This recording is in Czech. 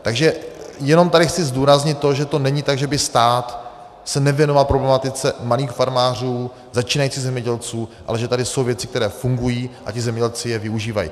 Takže jenom tady chci zdůraznit to, že to není tak, že by se stát nevěnoval problematice malých farmářů, začínajících zemědělců, ale že tady jsou věci, které fungují a zemědělci je využívají.